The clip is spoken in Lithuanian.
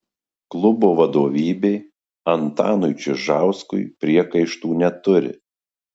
klubo vadovybė antanui čižauskui priekaištų neturi